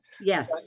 Yes